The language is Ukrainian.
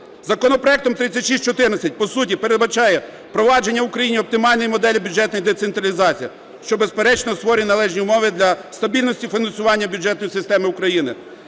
Законопроектом 3614 по суті передбачається впровадження в Україні оптимальної моделі бюджетної децентралізації, що, безперечно, створює належні умови для стабільності фінансування бюджетної системи України,